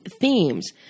themes